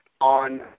on